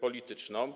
polityczną.